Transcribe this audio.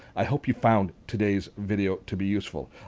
i hope you found today's video to be useful.